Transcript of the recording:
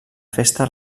festa